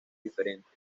diferentes